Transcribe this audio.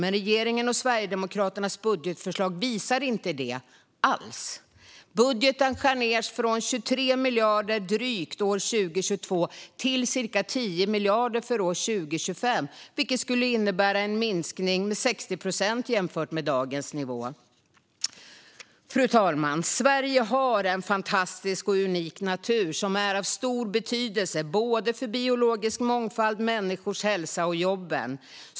Men regeringens och Sverigedemokraternas budgetförslag visar inte det alls. Budgeten skärs ned från drygt 23 miljarder år 2022 till cirka 10 miljarder för år 2025, vilket skulle innebära en minskning med 60 procent jämfört med dagens nivå. Fru talman! Sverige har en fantastisk och unik natur som är av stor betydelse för såväl biologisk mångfald som människors hälsa och jobb.